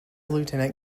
lieutenant